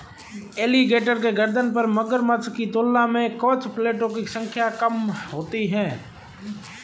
alligator के गर्दन पर मगरमच्छ की तुलना में कवच प्लेटो की संख्या कम होती है